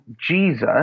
Jesus